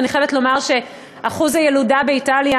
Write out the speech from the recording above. ואני חייבת לומר שאחוז הילודה באיטליה,